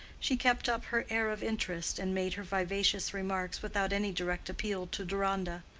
she kept up her air of interest and made her vivacious remarks without any direct appeal to deronda.